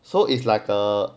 so it's like a